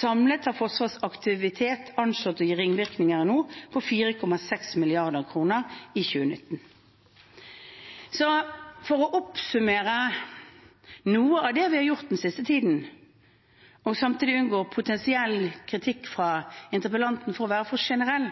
Samlet er Forsvarets aktivitet anslått å gi ringvirkninger i nord på 4,6 mrd. kr i 2019. For å oppsummere noe av det vi har gjort den siste tiden, og samtidig unngå potensiell kritikk fra interpellanten for å være for generell,